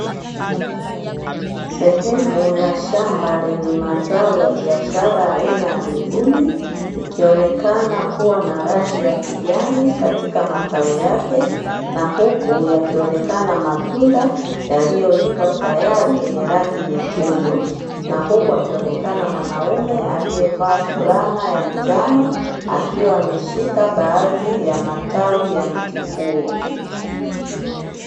Sehemu ya shamba lenye mazao ya biashara aina ya mibuni, ikionekana kuwa na rangi ya kijani katika matawi yake na huku yakionekana matunda yaliyoiva tayari yenye rangi nyekundu, na huku akionekana mwanaume aliyevaa fulana ya njano, akiwa ameshika baadhi ya matawi ya mti huo.